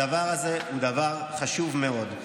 הדבר הזה הוא דבר חשוב מאוד.